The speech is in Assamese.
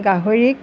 গাহৰিক